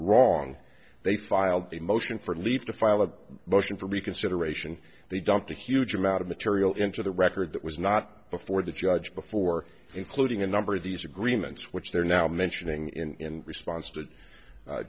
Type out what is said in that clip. wrong they filed a motion for leave to file a motion for reconsideration they dumped a huge amount of material into the record that was not before the judge before including a number of these agreements which they're now mentioning in response to